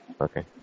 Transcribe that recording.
Okay